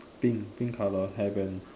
pink pink color hair band